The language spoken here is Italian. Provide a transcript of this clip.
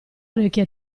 orecchie